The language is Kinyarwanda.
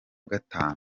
gatanu